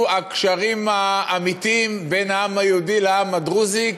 הקשרים האמיתיים בין העם היהודי לעם הדרוזי,